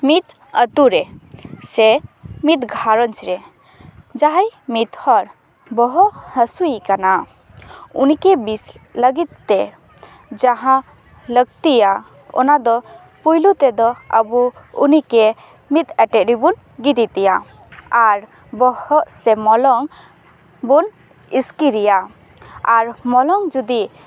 ᱢᱤᱫ ᱟᱹᱛᱩ ᱨᱮ ᱥᱮ ᱢᱤᱫ ᱜᱷᱟᱨᱚᱸᱧᱡᱽ ᱨᱮ ᱡᱟᱦᱟᱸᱭ ᱢᱤᱫ ᱦᱚᱲ ᱵᱚᱦᱚᱜ ᱦᱟᱥᱩᱭᱮ ᱠᱟᱱᱟ ᱩᱱᱤ ᱵᱮᱥᱮ ᱞᱟᱹᱜᱤᱜ ᱛᱮ ᱡᱟᱦᱟᱸ ᱞᱟᱹᱠᱛᱤᱭᱟ ᱚᱱᱟ ᱫᱚ ᱯᱳᱭᱞᱳ ᱛᱮᱫᱚ ᱟᱵᱚ ᱩᱱᱤ ᱢᱤᱫ ᱟᱴᱮᱫ ᱨᱮᱵᱚᱱ ᱜᱤᱛᱤᱡᱮᱭᱟ ᱟᱨ ᱵᱚᱦᱚᱜ ᱥᱮ ᱢᱚᱞᱚᱝ ᱵᱚᱱ ᱤᱥᱠᱤᱨᱮᱭᱟ ᱟᱨ ᱢᱚᱞᱚᱝ ᱡᱩᱫᱤ